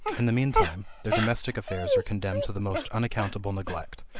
in the mean time, their domestic affairs are condemned to the most unaccountable neglect.